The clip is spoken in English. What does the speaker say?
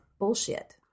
bullshit